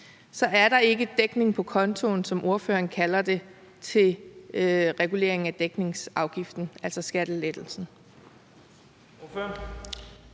så er der ikke dækning på kontoen, som ordføreren kalder det, til regulering af dækningsafgiften, altså skattelettelsen?